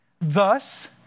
Thus